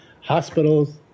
hospitals